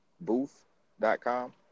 booth.com